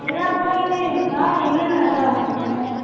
எல்லா வகையிலையும் இருக்கா என்னென்ன வகைலாம் வச்சுருக்கீங்க